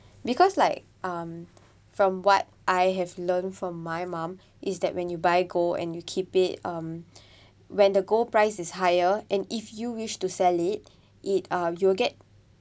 because like um from what I have learnt from my mum is that when you buy gold and you keep it um when the gold price is higher and if you wish to sell it it uh you'll get